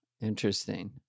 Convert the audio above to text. Interesting